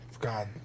God